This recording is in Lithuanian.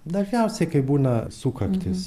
dažniausiai kai būna sukaktys